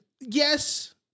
yes